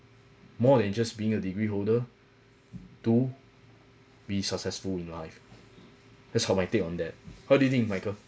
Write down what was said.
more than just being a degree holder to be successful in life that's how my take on that how do you think michael